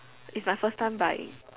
it's my first time buying